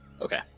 Okay